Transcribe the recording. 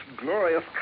glorious